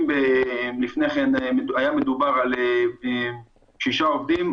אם לפני כן היה מדובר על שישה עובדים,